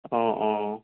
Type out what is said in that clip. অঁ অঁ অঁ